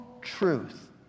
truth